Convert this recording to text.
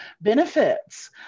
benefits